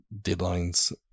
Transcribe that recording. deadlines